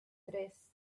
tres